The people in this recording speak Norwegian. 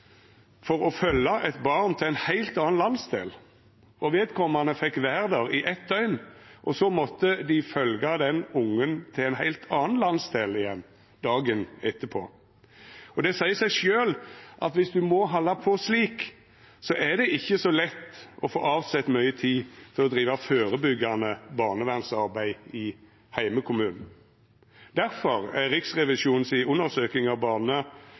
for å følgja eit barn til ein heilt annan landsdel. Vedkomande fekk vera der i eitt døgn, og så måtte dei følgja den ungen til ein heilt annan landsdel igjen dagen etter. Og det seier seg sjølv at viss ein må halda på slik, er det det ikkje så lett å få avsett mykje tid til å driva førebyggjande barnevernsarbeid i heimkommunen. Difor er Riksrevisjonen si undersøking av Barne,